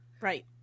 Right